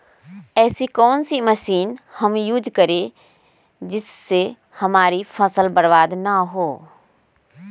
ऐसी कौन सी मशीन हम यूज करें जिससे हमारी फसल बर्बाद ना हो?